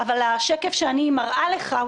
אבל השקף שאני מראה לך,